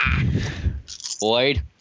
Void